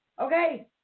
okay